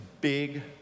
big